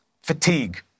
fatigue